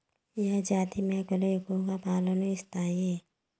ఏ జాతి మేకలు ఎక్కువ పాలను ఇస్తాయి?